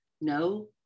no